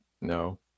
No